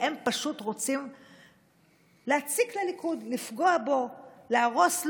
והם פשוט רוצים להציק לליכוד, לפגוע בו, להרוס לו,